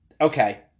okay